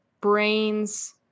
brains